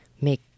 make